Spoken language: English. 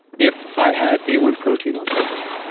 if i had a one protein on sundays,